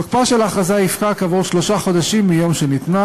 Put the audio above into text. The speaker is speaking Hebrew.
תוקפה של ההכרזה יפקע כעבור שלושה חודשים מיום שניתנה,